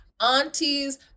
aunties